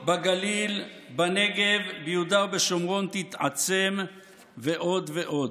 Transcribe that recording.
בגליל, בנגב, ביהודה ובשומרון תתעצם ועוד ועוד.